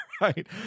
right